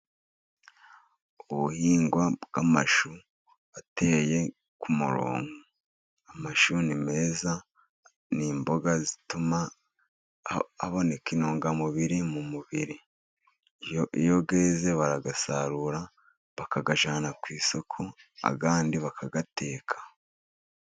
Ubuhinzi bw'amashu ateye ku murongo. Amashu ni meza, ni imboga zituma haboneka intungamubiri mu mubiri. Iyo yeze barayasarura bakayajyana ku isoko, andi bakayateka.